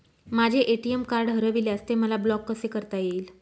माझे ATM card हरविल्यास ते मला ब्लॉक कसे करता येईल?